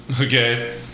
Okay